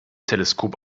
teleskop